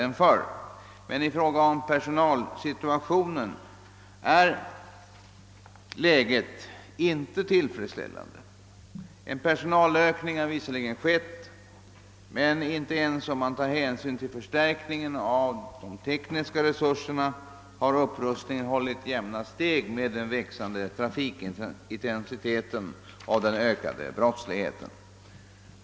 Vad personalresurserna beträffar är situationen däremot inte tillfredsställande. En personalökning har visserligen skett, men inte ens om man tar hänsyn till förstärkningen av de tekniska resurserna kan man säga, att upprustningen hållit jämna steg med den växande trafikintensiteten och den ökade brottsligheten.